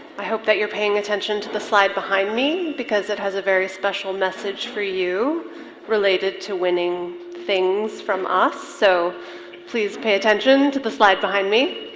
i hope that you're paying attention to the slide behind me because it has a very special message for you related to winning things from us so please pay attention to the slide behind me